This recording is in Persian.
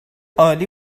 عالی